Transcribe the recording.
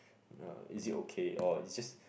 uh is it okay or it's just